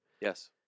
Yes